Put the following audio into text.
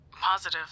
Positive